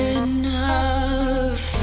enough